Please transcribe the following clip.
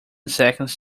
seconds